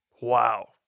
Wow